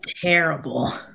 Terrible